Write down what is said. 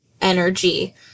energy